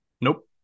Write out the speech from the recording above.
Nope